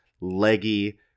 leggy